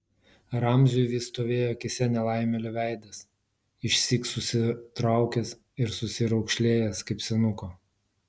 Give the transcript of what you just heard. ramziui vis stovėjo akyse nelaimėlio veidas išsyk susitraukęs ir susiraukšlėjęs kaip senuko